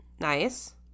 Nice